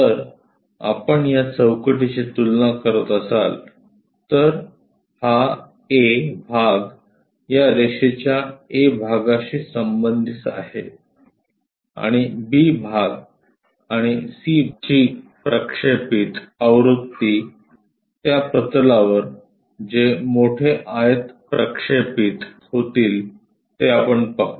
जर आपण या चौकटींची तुलना करत असाल तर हा ऐ भाग या रेषेच्या ऐ भागाशी संबंधित आहे आणि बी भाग आणि सी ची प्रक्षेपित आवृत्ती त्या प्रतलावर जे मोठे आयत प्रक्षेपित होतील ते आपण पाहू